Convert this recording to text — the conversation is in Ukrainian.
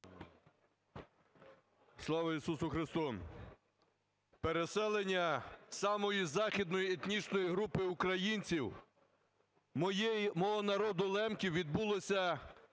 Слава Ісусу Христу! Переселення самої західної етнічної групи українців, мого народу лемків, відбулося